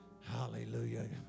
Hallelujah